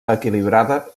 equilibrada